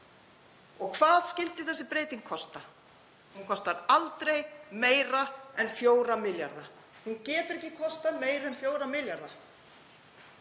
Og hvað skyldi þessi breyting kosta? Hún kostar aldrei meira en 4 milljarða. Hún getur ekki kostað meira en 4 milljarða.